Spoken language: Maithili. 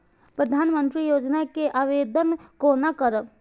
प्रधानमंत्री योजना के आवेदन कोना करब?